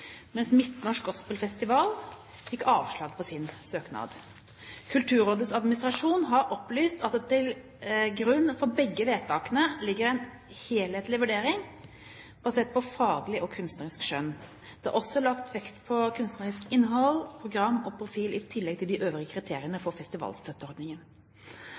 mens Midtnorsk Gospelfestival fikk avslag på sin søknad. Kulturrådets administrasjon har opplyst at det til grunn for begge vedtakene ligger en helhetlig vurdering, basert på faglig og kunstnerisk skjønn. Det er også lagt vekt på kunstnerisk innhold, program og profil, i tillegg til de øvrige kriteriene